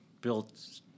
built